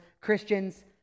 Christians